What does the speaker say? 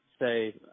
say